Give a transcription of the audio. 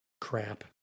crap